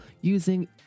using